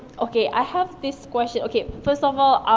okay, i have this question, okay, first of all,